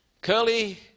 Curly